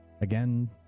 Again